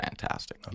fantastic